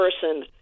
person